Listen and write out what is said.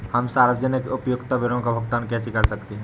हम सार्वजनिक उपयोगिता बिलों का भुगतान कैसे कर सकते हैं?